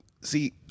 See